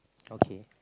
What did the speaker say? okay